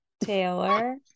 Taylor